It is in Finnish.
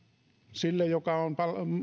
sille joka on